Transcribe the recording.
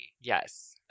Yes